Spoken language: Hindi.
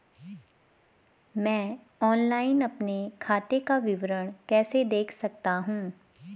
मैं ऑनलाइन अपने खाते का विवरण कैसे देख सकता हूँ?